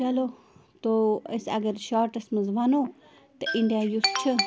چلو تو أسۍ اَگر شاٹَس منٛز وَنو تہٕ اِنڈیا یُس چھُ